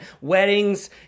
weddings